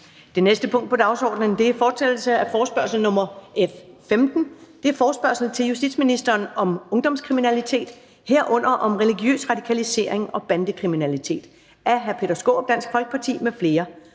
Det næste punkt på dagsordenen er: 3) Fortsættelse af forespørgsel nr. F 15 [afstemning]: Forespørgsel til justitsministeren om ungdomskriminalitet, herunder om religiøs radikalisering og bandekriminalitet. Af Peter Skaarup (DF) m.fl.